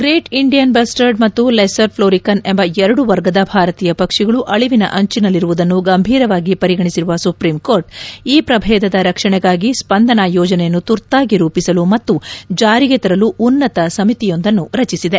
great Indian bustard ಮತ್ತು lesser florican ಎಂಬ ಎರಡು ವರ್ಗದ ಭಾರತಿಯ ಪಕ್ಷಿಗಳು ಅಳಿವಿನ ಅಂಚಿನಲ್ಲಿರುವುದನ್ನು ಗಂಭೀರವಾಗಿ ಪರಿಗಣಿಸಿರುವ ಸುಪ್ರೀಂ ಕೋರ್ಟ್ ಈ ಪ್ರಭೇದದ ರಕ್ಷಣೆಗಾಗಿ ಸ್ಪಂದನಾ ಯೋಜನೆಯನ್ನು ತುರ್ತಾಗಿ ರೂಪಿಸಲು ಮತ್ತು ಜಾರಿಗೆ ತರಲು ಉನ್ನತ ಸಮಿತಿಯೊಂದನ್ನು ರಚಿಸಿದೆ